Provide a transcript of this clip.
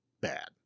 bad